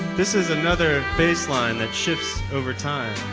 this is another baseline that shifts over time.